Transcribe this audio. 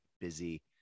busy